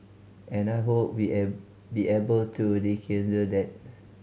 and I hope we'll be able to rekindle that